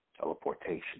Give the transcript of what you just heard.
Teleportation